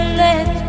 let